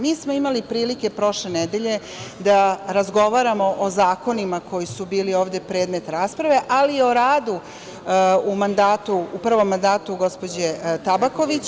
Mi smo imali prilike prošle nedelje da razgovaramo o zakonima koji su bili ovde predmet rasprave, ali i o radu u prvom mandatu gospođe Tabaković.